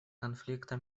конфликта